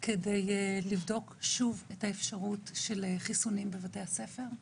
כדי לבדוק שוב את האפשרות של חיסונים בבתי הספר,